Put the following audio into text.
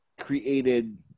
created